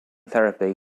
therapy